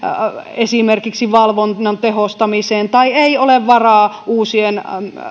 esimerkiksi valvonnan tehostamiseen tai ei ole varaa uusien